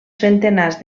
centenars